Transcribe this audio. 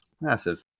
Massive